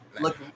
look